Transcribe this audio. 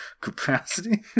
capacity